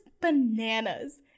bananas